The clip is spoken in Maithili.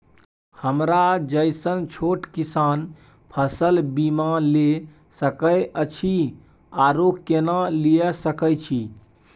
हमरा जैसन छोट किसान फसल बीमा ले सके अछि आरो केना लिए सके छी?